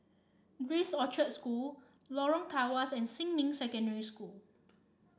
Grace Orchard School Lorong Tawas and Xinmin Secondary School